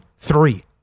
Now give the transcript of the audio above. Three